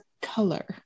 color